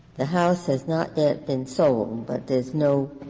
the house has not yet been sold, but there's no